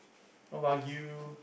Wagyu